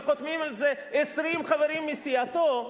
וחותמים על זה 20 חברים מסיעתו,